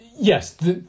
Yes